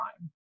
time